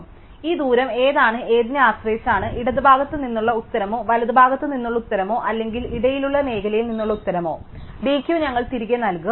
അതിനാൽ ഈ ദൂരം ഏതാണ് എന്നതിനെ ആശ്രയിച്ച് ഇടത് ഭാഗത്ത് നിന്നുള്ള ഉത്തരമോ വലതുഭാഗത്ത് നിന്നുള്ള ഉത്തരമോ അല്ലെങ്കിൽ ഇടയിലുള്ള മേഖലയിൽ നിന്നുള്ള ഉത്തരമോ d Q ഞങ്ങൾ തിരികെ നൽകും